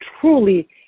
truly